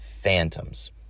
Phantoms